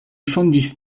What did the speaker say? fondis